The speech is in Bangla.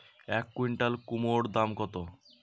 এক কুইন্টাল কুমোড় দাম কত?